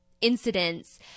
incidents